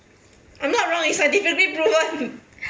I'm not wrong it's scientifically proven